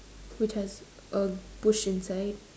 which has a bush inside